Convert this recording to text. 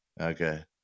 Okay